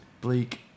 bleak